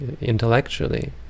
intellectually